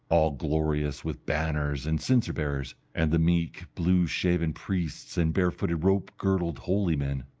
all glorious with banners and censer-bearers, and the meek blue-shaven priests and barefooted, rope-girdled, holy men.